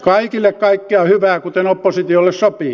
kaikille kaikkea hyvää kuten oppositiolle sopii